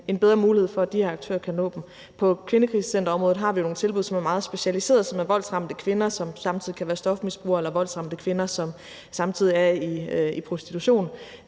en bedre mulighed for, at de her aktører kan nå dem. På kvindekrisecenterområdet har vi nogle tilbud, som er meget specialiserede, og det kan være for voldsramte kvinder, som samtidig kan være stofmisbrugere, eller voldsramte kvinder, som samtidig er i prostitution